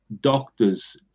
doctors